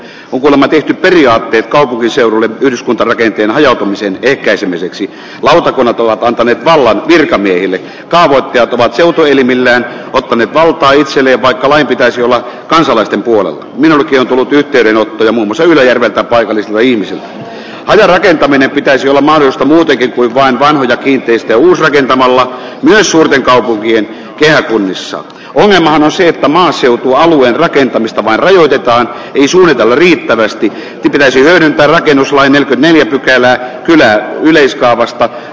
puhumalla tietyt periaatteet kaupunkiseudun yhdyskuntarakenteen hajautumisen ehkäisemiseksi lautakunnat ovat antaneet vallan virkamiehille tarkoitetut joutui valitan oli valtaa itselleen vaikka vain pitäisi olla kansalaisten puolan halki on tullut yhteydenottoja musertava ihmisen rakentaminen pitäisi olla mainosta muutenkin kuin vain vanhoja kiinteistöuusrintamalla tai suurten kaupunkien yöjunissa meneillään useita maaseutualueen rakentamista vaan ajoitetaan viisumeita merkittävästi pitäisi hänen taitenuslainen neljä pykälää yleiskaavasta